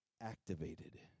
activated